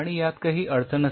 यात काही अडचणच नाही